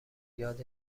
یاد